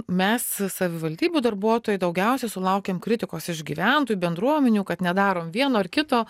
mes savivaldybių darbuotojai daugiausia sulaukėm kritikos iš gyventojų bendruomenių kad nedarom vieno ar kito